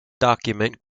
document